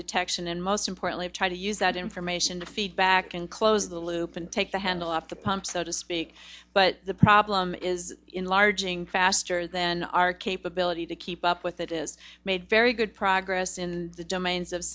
detection and most importantly try to use that information to feed back and close the loop and take the handle up the pump so to speak but the problem is enlarging faster than our capability to keep up with it is made very good progress in the minds of